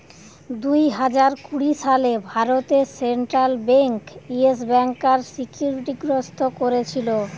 দুই হাজার কুড়ি সালে ভারতে সেন্ট্রাল বেঙ্ক ইয়েস ব্যাংকার সিকিউরিটি গ্রস্ত কোরেছিল